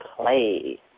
play